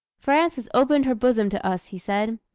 france has opened her bosom to us, he said.